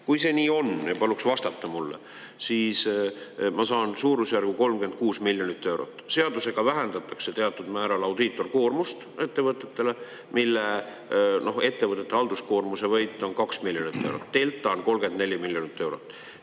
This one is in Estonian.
Kui see nii on ja paluks vastata mulle, siis ma saan suurusjärgu 36 miljonit eurot. Seadusega vähendatakse teatud määral audiitorkoormust ettevõtetele, ettevõtete halduskoormuse võit on 2 miljonit eurot. Delta on 34 miljonit eurot.